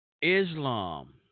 Islam